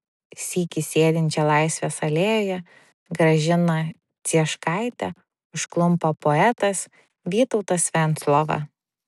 sykį sėdinčią laisvės alėjoje gražiną cieškaitę užklumpa poetas vytautas venclova